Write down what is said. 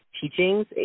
teachings